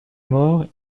mort